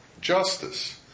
justice